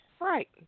Right